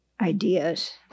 ideas